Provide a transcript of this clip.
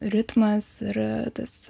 ritmas ir tas